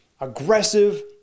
aggressive